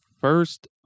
first